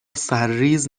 سرریز